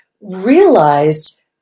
realized